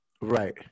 Right